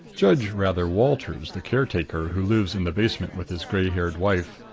judge rather walters, the caretaker, who lives in the basement with his gray-haired wife.